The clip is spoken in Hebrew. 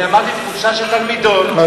אמרתי: תחושה של תלמידות.